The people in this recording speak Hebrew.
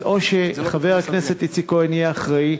אז או שחבר הכנסת איציק כהן יהיה אחראי,